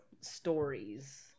stories